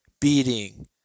beating